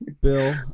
Bill